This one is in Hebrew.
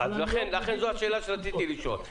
לכן זאת השאלה שרציתי לשאול.